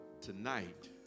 Tonight